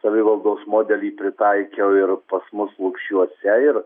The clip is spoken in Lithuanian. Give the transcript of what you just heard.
savivaldos modelį pritaikiau ir pas mus lukšiuose ir